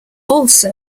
also